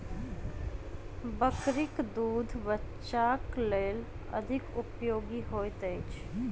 बकरीक दूध बच्चाक लेल अधिक उपयोगी होइत अछि